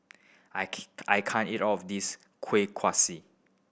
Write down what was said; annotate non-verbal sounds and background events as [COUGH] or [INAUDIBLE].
I [UNINTELLIGIBLE] can't eat all of this Kueh Kaswi